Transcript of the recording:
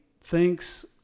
thinks